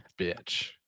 bitch